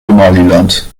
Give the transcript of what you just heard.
somaliland